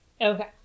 Okay